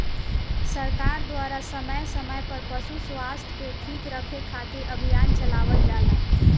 सरकार द्वारा समय समय पर पशु स्वास्थ्य के ठीक रखे खातिर अभियान चलावल जाला